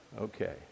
okay